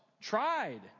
Tried